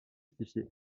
justifiée